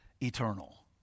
eternal